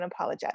unapologetic